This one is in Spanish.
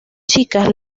chicas